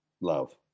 Love